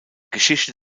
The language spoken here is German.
geschichte